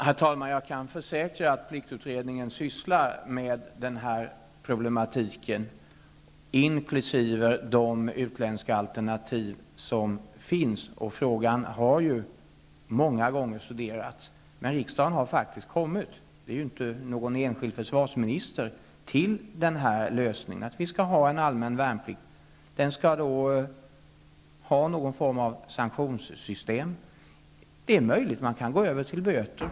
Herr talman! Jag kan försäkra att pliktutredningen sysslar med denna problematik inkl. de utländska alternativ som finns, och frågan har många gånger studerats. Men riksdagen har faktiskt kommit fram till denna lösning, dvs. att vi skall ha en allmän värnplikt -- det är inte någon enskild försvarsminister som har gjort det. Det skall också finnas någon form av sanktionssystem inbyggt. Det är möjligt att man kan gå över till böter.